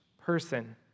person